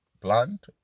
plant